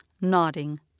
nodding